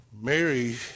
Mary